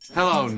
Hello